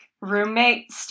roommate